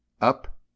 up